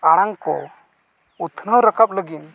ᱟᱲᱟᱝ ᱠᱚ ᱩᱛᱱᱟᱹᱣ ᱨᱟᱠᱟᱵ ᱞᱟᱹᱜᱤᱫ